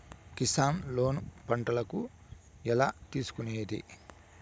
Kisan loan పంటలకు ఎలా తీసుకొనేది?